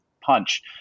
punch